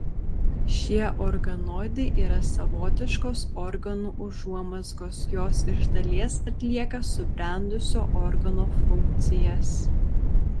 šie organoidai yra savotiškos organų užuomazgos jos iš dalies atlieka subrendusio organo funkcijas